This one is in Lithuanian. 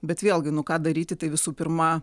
bet vėlgi nu ką daryti tai visų pirma